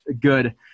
good